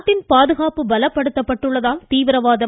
நாட்டின் பாதுகாப்பு பலப்படுத்தப்பட்டுள்ளதால் தீவிரவாதம்